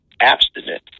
abstinence